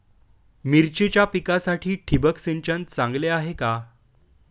मिरचीच्या पिकासाठी ठिबक सिंचन चांगले आहे का?